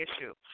issue